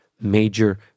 major